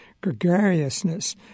gregariousness